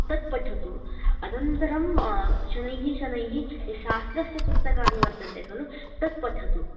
तत् पठतु अनन्तरम् शनैः शनैः शास्त्रस्य पुस्तकानि वर्तन्ते खलु तत् पठतु